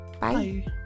Bye